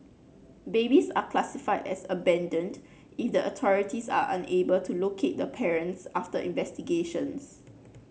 babies are classified as abandoned if the authorities are unable to locate the parents after investigations